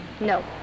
No